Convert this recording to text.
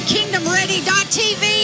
KingdomReady.tv